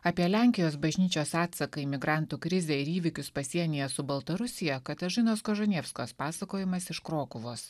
apie lenkijos bažnyčios atsaką į migrantų krizę ir įvykius pasienyje su baltarusija katažinos kožunievskos pasakojimas iš krokuvos